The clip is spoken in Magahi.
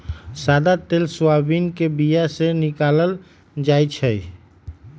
सदा तेल सोयाबीन के बीया से निकालल जाइ छै